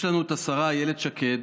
יש לנו את השרה אילת שקד,